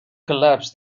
collapse